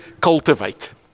cultivate